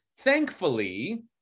thankfully